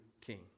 king